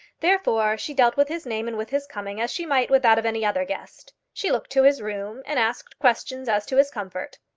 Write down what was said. therefore she dealt with his name and with his coming as she might with that of any other guest. she looked to his room, and asked questions as to his comfort.